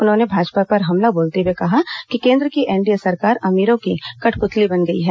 उन्होंने भाजपा पर हमला बोलते हुए कहा कि केंद्र की एनडीए सरकार अमीरों की कठप्रतली बन गई है